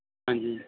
ਹਾਂਜੀ